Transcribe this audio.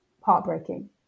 heartbreaking